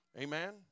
Amen